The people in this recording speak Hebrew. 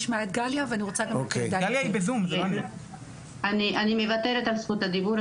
נשמע את גליה ואני רוצה גם -- אני מוותרת על זכות הדיבור,